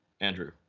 Andrew